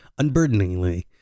unburdeningly